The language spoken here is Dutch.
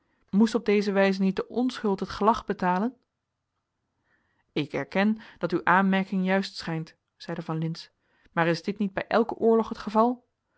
moest op deze wijze niet de onschuld het gelag betalen ik erken dat uw aanmerking juist schijnt zeide van lintz maar is dit niet bij elken oorlog het geval